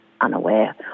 unaware